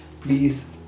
Please